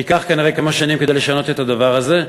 ייקח כנראה כמה שנים לשנות את הדבר הזה.